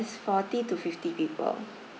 forty to fifty people